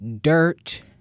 dirt